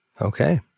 Okay